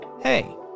Hey